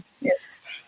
Yes